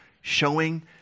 showing